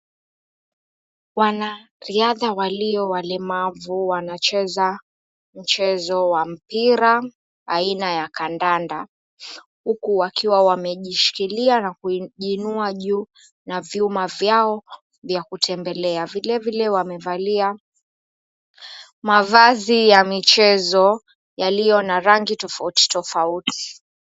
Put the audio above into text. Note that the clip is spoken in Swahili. Wanariadha walio walemavu wanacheza mchezo wa mpira aina ya kandanda, huku wakiwa wamejishikilia na kujiinua juu na vyuma vyao vya kutembelea. Vile vile wamevalia mavazi ya michezo yaliyona rangi tofauti tofauti.